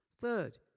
Third